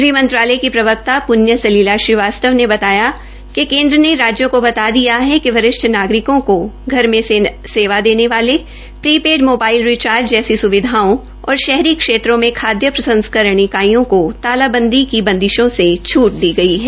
गृहमंत्रालय की प्रवक्ता प्रण्य सलिला श्रीवास्तव ने बताया कि केन्द्र ने राज्यों केा बता दिया है कि वरिष्ठ नागरिकों को घर में सेवा देने वाले प्रीपेड मोबाइल रीचार्ज जैसी स्विधाओं और शहरी क्षेत्रों में खाद्य प्रसंस्करण इकाइओं को तालाबंदी की बंदिशों से छूट दी गई है